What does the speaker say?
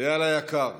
איל היקר,